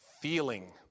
feeling